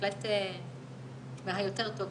בהחלט מהיותר טובים.